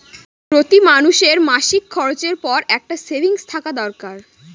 প্রতি মানুষের মাসিক খরচের পর একটা সেভিংস থাকা দরকার